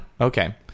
Okay